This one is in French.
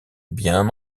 bien